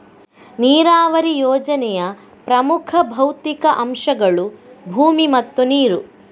ನೀರಾವರಿ ಯೋಜನೆಯ ಪ್ರಮುಖ ಭೌತಿಕ ಅಂಶಗಳು ಭೂಮಿ ಮತ್ತು ನೀರು